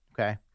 okay